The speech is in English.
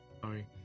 Sorry